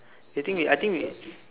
they think we I think we